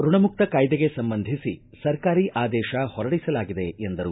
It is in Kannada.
ಋಣಮುಕ್ತ ಕಾಯ್ದೆಗೆ ಸಂಬಂಧಿಸಿ ಸರ್ಕಾರಿ ಆದೇಶ ಹೊರಡಿಸಲಾಗಿದೆ ಎಂದರು